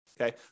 Okay